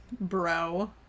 bro